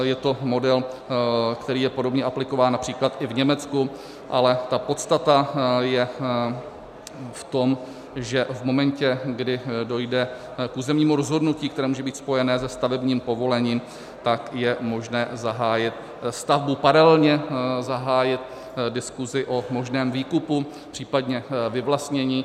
Je to model, který je podobně aplikován například i v Německu, ale ta podstata je v tom, že v momentě, kdy dojde k územnímu rozhodnutí, které může být spojené se stavebním povolením, tak je možné zahájit stavbu, paralelně zahájit diskusi o možném výkupu, případně vyvlastnění.